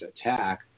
attack